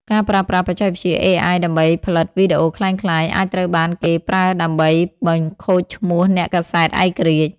ការប្រើប្រាស់បច្ចេកវិទ្យា AI ដើម្បីផលិតវីដេអូក្លែងក្លាយ អាចត្រូវបានគេប្រើដើម្បីបង្ខូចឈ្មោះអ្នកកាសែតឯករាជ្យ។